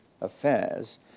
Affairs